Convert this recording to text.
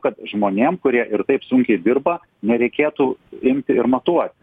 kad žmonėm kurie ir taip sunkiai dirba nereikėtų imti ir matuoti